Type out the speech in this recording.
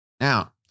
now